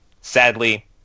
sadly